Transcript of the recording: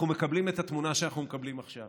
אנחנו מקבלים את התמונה שאנחנו מקבלים עכשיו.